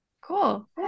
Cool